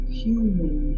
human